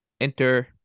Enter